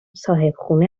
صاحبخونه